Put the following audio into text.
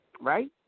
Right